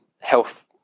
health